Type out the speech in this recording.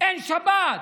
אין שבת,